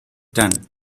done